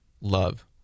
love